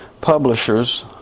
publishers